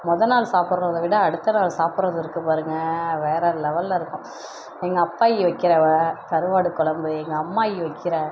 முத நாள் சாப்புடுறத விட அடுத்த நாள் சாப்புடுறது இருக்குது பாருங்க வேற லெவலில் இருக்கும் எங்கள் அப்பாயி வைக்கிற வ கருவாடு குழம்பு எங்கள் அம்மாயி வைக்கிற